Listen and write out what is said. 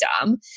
dumb